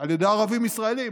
על ידי ערבים ישראלים,